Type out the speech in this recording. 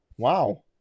Wow